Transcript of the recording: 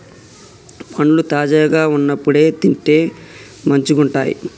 పండ్లు తాజాగా వున్నప్పుడే తింటే మంచిగుంటయ్